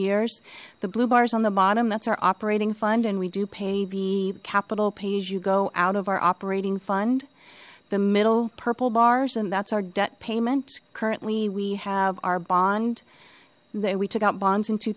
years the blue bars on the bottom that's our operating fund and we do pay the capital page you go out of our operating fund the middle purple bars and that's our debt payment currently we have our bond that we took out bonds in two